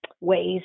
ways